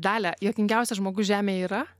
dalia juokingiausias žmogus žemėj yra